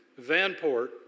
Vanport